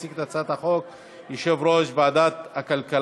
יציג את הצעת החוק יושב-ראש ועדת הכלכלה,